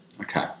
Okay